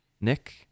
Nick